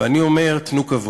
ואני אומר: תנו כבוד,